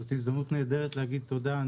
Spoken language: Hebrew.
זאת הזדמנות נהדרת להגיד תודה.